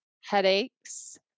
headaches